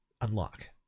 unlock